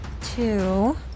two